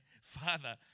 father